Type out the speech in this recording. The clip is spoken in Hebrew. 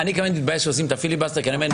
אני גם מתבייש שעושים את הפיליבסטר כי אני אומר,